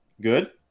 Good